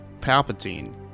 palpatine